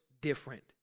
different